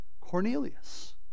Cornelius